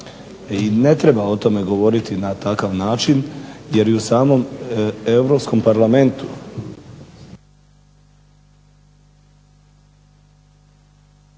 I ne treba o tome govoriti na takav način jer i u samom Europskom parlamentu